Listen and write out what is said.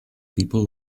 people